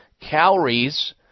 calories